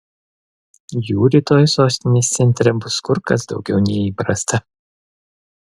jų rytoj sostinės centre bus kur kas daugiau nei įprasta